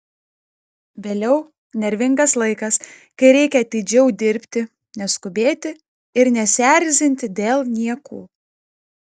vėliau nervingas laikas kai reikia atidžiau dirbti neskubėti ir nesierzinti dėl niekų